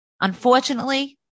Unfortunately